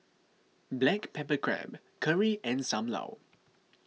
Black Pepper Crab Curry and Sam Lau